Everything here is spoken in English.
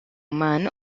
man